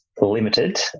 limited